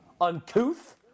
uncouth